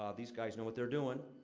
ah these guys know what they're doing.